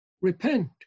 Repent